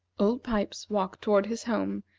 old pipes walked toward his home,